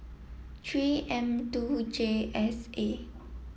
three M two J S A